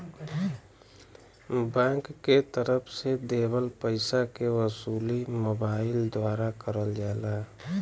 bank के तरफ से देवल पइसा के वसूली मोबाइल द्वारा करल जाला